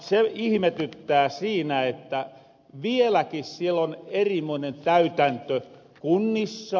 se ihmetyttää siinä että vieläki siel on erimoinen täytäntö kunnissa